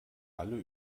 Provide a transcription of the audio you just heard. alle